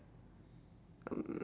um